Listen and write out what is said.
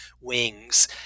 wings